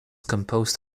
composed